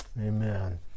Amen